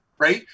Right